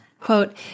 quote